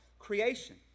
creation